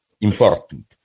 important